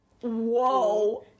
Whoa